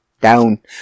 down